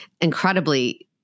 incredibly